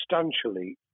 substantially